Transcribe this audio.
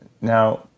Now